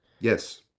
Yes